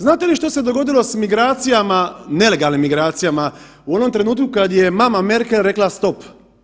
Znate li što se dogodilo s migracijama, nelegalnim migracijama u onom trenutku kad je mama Merkel rekla stop?